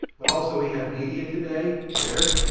but also, we have media today, twitter.